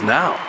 now